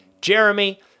Jeremy